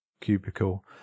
cubicle